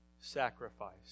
Sacrifice